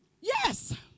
Yes